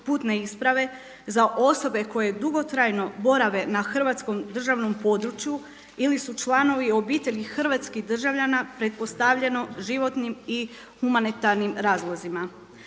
putne isprave za osobe koje dugotrajno borave na hrvatskom državnom području ili su članovi obitelji hrvatskih državljana pretpostavljeno životnim i humanitarnim razlozima.